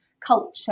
culture